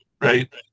right